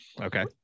Okay